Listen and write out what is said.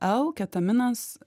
l ketaminas